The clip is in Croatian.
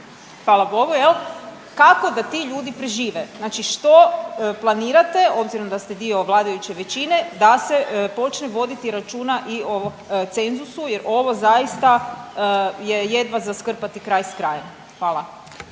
hvala Bogu jel, kako da ti ljudi prežive? Znači što planirate, obzirom da ste dio vladajuće većine, da se počne voditi računa i o cenzusu jer ovo zaista je jedva za skrpati kraj s krajem? Hvala.